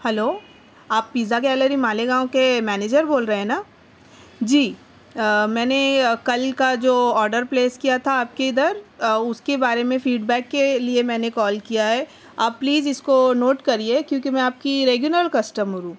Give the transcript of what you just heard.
hello آپ pizza gallery Malegaon کے manager بول رہے ہیں نا جی میں نے کل کا جو آڈر پلیس کیا تھا آپ کی ادھر اس کے بارے میں فیڈ بیک کے لیے میں نے کال کیا ہے آپ پلیز اس کو نوٹ کریے کیوں کہ میں آپ کی ریگولر کسٹمر ہوں